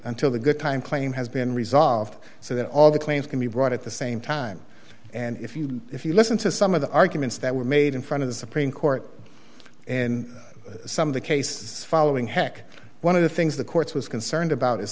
until the good time claim has been resolved so that all the claims can be brought at the same time and if you if you listen to some of the arguments that were made in front of the supreme court and some of the cases following heck one of the things the courts was concerned about is